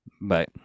bye